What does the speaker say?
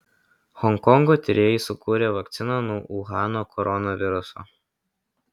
honkongo tyrėjai sukūrė vakciną nuo uhano koronaviruso